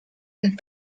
and